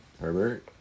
Herbert